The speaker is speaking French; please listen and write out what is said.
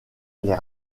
les